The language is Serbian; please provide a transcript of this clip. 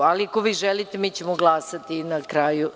Ali, ako vi želite mi ćemo glasati na kraju.